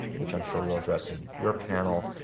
which i'm sure we'll address in your panel.